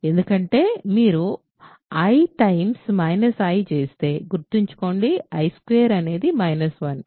ఎందుకంటే మీరు i minus i చేస్తే గుర్తుంచుకోండి i స్క్వేర్డ్ అనేది 1